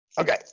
Okay